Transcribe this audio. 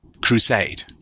crusade